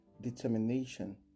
Determination